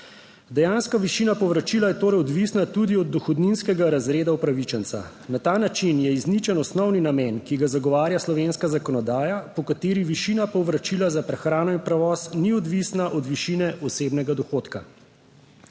Dejanska višina povračila je torej odvisna tudi od dohodninskega razreda upravičenca. Na ta način je izničen osnovni namen, ki ga zagovarja slovenska zakonodaja, po kateri višina povračila za prehrano in prevoz ni odvisna od višine osebnega dohodka.